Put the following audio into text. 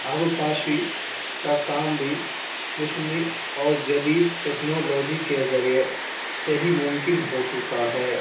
آبپاشی کا کام بھی مصنوعی اور جدید ٹکنالوجی کے ذریعے سے ہی ممکن ہوچکا ہے